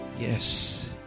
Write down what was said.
Yes